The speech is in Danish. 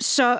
Så